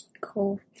cool